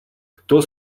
кто